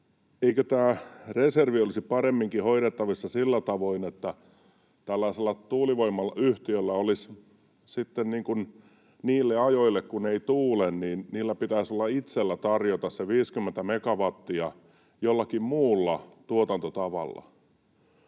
eikö tämä reservi olisi paremminkin hoidettavissa sillä tavoin, että tällaisella tuulivoimayhtiöllä olisi sitten niille ajoille, kun ei tuule, itsellään tarjota se 50 megawattia jollakin muulla tuotantotavalla?